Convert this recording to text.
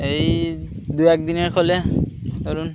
এই দু একদিনের ফলে ধরুন